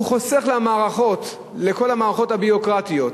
הוא חוסך לכל המערכות הביורוקרטיות,